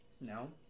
No